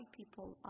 people